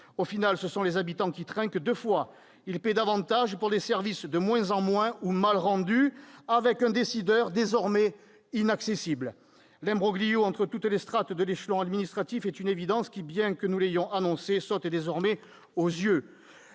définitive, ce sont les habitants qui trinquent deux fois : ils paient davantage pour des services de moins en moins ou mal rendus, avec un décideur désormais inaccessible. L'imbroglio entre toutes les strates de l'échelon administratif est une évidence ; nous l'avions annoncé, il saute désormais aux yeux.